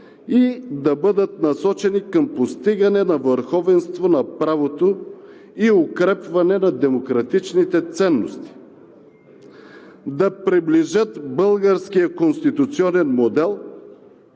и да бъдат насочени към постигане на върховенство на правото и укрепване на демократичните ценности, да приближат българския конституционен модел